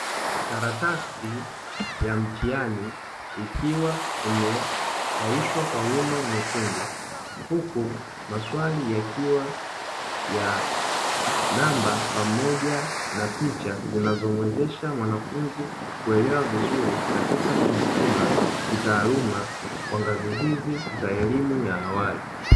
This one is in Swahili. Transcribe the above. Karatasi ya mtihani ikiwa imesahishwa kwa wino mwekundu, huku maswali yakiwa ya namba pamoja na picha zinazomwezesha mwanafunzi kuelewa vizuri, katika kujipima kitaaluma kwa ngazi hizi za elimu ya awali.